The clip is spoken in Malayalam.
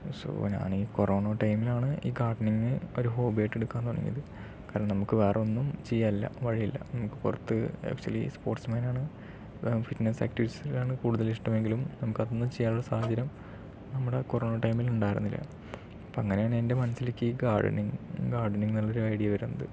സൊ ഞാൻ ഈ കൊറോണ ടൈമിലാണ് ഈ ഗാർഡനിങ് ഒരു ഹോബിയായി എടുക്കാൻ തുടങ്ങിയത് കാരണം നമുക്ക് വേറെ ഒന്നും ചെയ്യാൻ ഇല്ല വഴിയില്ല നമുക്ക് പുറത്ത് ആക്ച്വലി സ്പോർട്സ്മാനാണ് ഫിറ്റ്നസ് ആക്ടിവിറ്റിസാണ് കൂടുതൽ ഇഷ്ടം എങ്കിലും നമുക്ക് അതൊന്നും ചെയ്യാൻ ഉള്ള സാഹചര്യം നമ്മുടെ കൊറോണ ടൈമിൽ ഉണ്ടായിരുന്നില്ല അപ്പോൾ അങ്ങനെയാണ് എൻ്റെ മനസിലേക്ക് ഈ ഗാർഡനിങ് ഗാർഡനിങ് എന്നൊരു ഐഡിയ വരുന്നത്